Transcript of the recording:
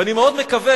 ואני מאוד מקווה,